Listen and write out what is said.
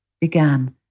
began